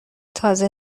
تازه